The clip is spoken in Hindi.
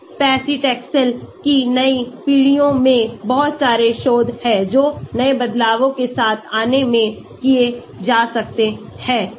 paclitaxel की नई पीढ़ियों में बहुत सारे शोध हैं जो नए बदलावों के साथ आने में किए जा सकते हैं